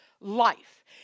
life